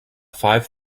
five